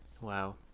Wow